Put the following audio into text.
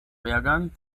wehrgang